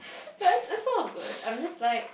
but it's it's all good I'm just like